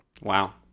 Wow